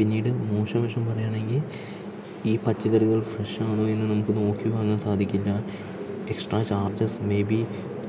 പിന്നീട് മോശവശം പറയുകയാണെങ്കിൽ ഈ പച്ചക്കറികൾ ഫ്രഷാണോ എന്ന് നമുക്ക് നോക്കി വാങ്ങാൻ സാധിക്കില്ല എക്സ്ട്രാ ചാർജെസ് മേ ബീ